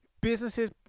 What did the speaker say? Businesses